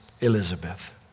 Elizabeth